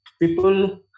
People